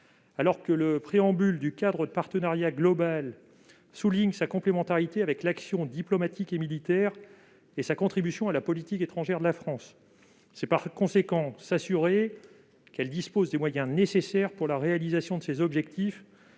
alors que le préambule du cadre de partenariat global (CPG) souligne sa complémentarité avec l'action diplomatique et militaire, ainsi que sa contribution à la politique étrangère de la France. Par conséquent, c'est s'assurer qu'elle dispose des moyens nécessaires pour atteindre ses objectifs,